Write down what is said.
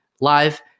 live